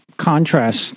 contrast